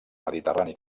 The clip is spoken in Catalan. mediterrani